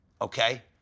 okay